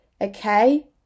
okay